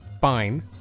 fine